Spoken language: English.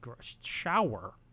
Shower